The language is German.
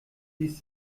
ließ